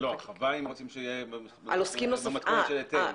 הרחבה, אם רוצים שתהיה, במתכונת של היטל.